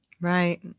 Right